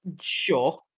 Sure